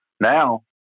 now